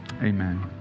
Amen